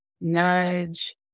nudge